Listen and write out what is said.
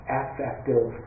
affective